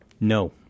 No